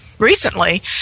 recently